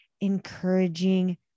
encouraging